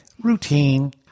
Routine